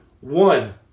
one